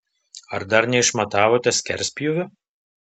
ar dar neišmatavote skerspjūvio